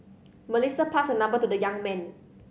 Melissa passed her number to the young man